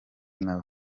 nawe